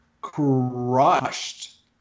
crushed